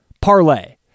parlay